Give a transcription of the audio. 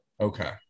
Okay